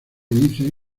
dice